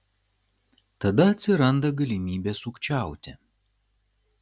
tada atsiranda galimybė sukčiauti